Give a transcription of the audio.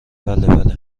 بله